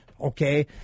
okay